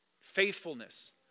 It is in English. faithfulness